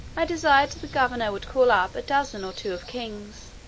i desired the governor would call up a dozen or two of kings,